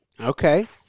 okay